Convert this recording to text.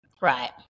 right